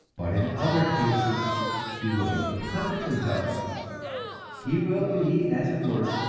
but in other cases he will be perfectly helpless he will be, as it were,